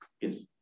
Yes